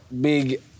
big